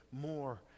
more